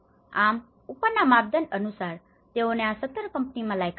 આમ ઉપરના માપદંડ અનુસાર તેઓને આ 17 કંપનીઓમાં લાયકાત મળી